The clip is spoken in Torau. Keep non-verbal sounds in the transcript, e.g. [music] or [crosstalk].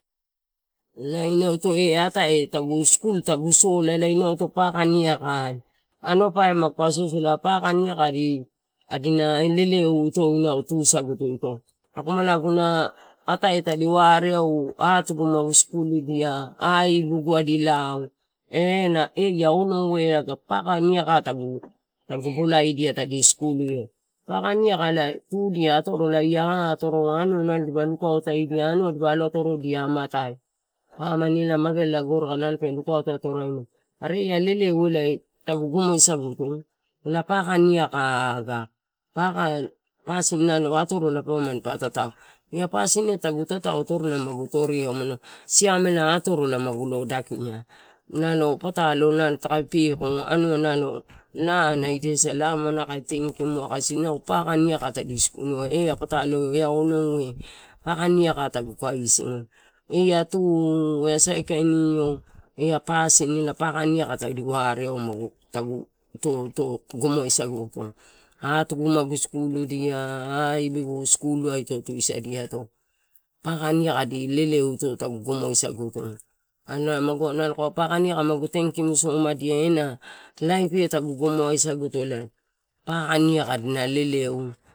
[noise] laenau ita atoe tagu skul tagu sola elae inau to paka, niaka. Anua pa eai magu ka sosola, paka niaka adina leleuai tu saguto akanala agana atea tadi wareau atugu magu skuludia, aibigu adi iao ena adi onou paka, niaka tagu bolaedia tadi skuluiau, paka, niaka elae tudia ia atoro anua lukautaidi amatai. Pamani elae mageala la gore aika nalo pe lukauto otoraimani. Are ea-leleu tagu gomodia saguto ela paka, niaka, aga. Pasin atorola nalo pe waimani pa tatau, ea pasin eh tagu tatau toruna magu toria siamela atorola dokia nalo patalo nalo kai peko anua laa na laa gesi laa nalo kae tnkimua, kasi inau paka, niaka tadi skuluia ea putalo ea onou eh paka, niaka tagu ea tu saikain io pasin elae, pulea, niaka tadi wareau, taguto gomodia sagu to, atugu magu skuludia, aibigu ito skuluai, tusadiato, paka, niaka adi leleu tagu gomodia saguto, anua nalo kaeua paka, niaka magu tenkim somadia ena tagu gomodia saguto paka, niaka adina leleu.